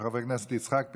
של חברי הכנסת יצחק פינדרוס,